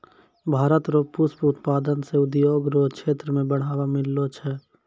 भारत रो पुष्प उत्पादन से उद्योग रो क्षेत्र मे बढ़ावा मिललो छै